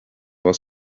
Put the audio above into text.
was